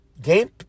Game